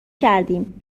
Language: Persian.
کردیم